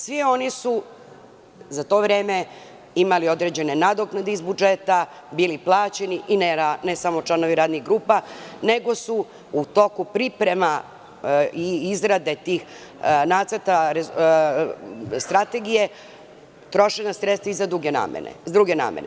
Svi oni su za to vreme imali određene nadoknade iz budžeta, bili plaćeni ne samo članovi radnih grupa, nego su u toku priprema i izrade tih nacrta Strategije trošena sredstva i za druge namene.